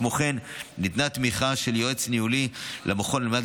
כמו כן ניתנה תמיכה של יועץ ניהולי למכון על מנת